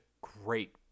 great